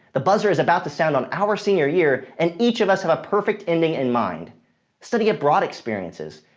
the buzzer is about to sound on our senior year. and each of us have a perfect ending in mind study abroad experiences,